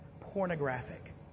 pornographic